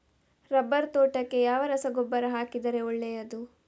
Rubber ತೋಟಕ್ಕೆ ಯಾವ ರಸಗೊಬ್ಬರ ಹಾಕಿದರೆ ಒಳ್ಳೆಯದು?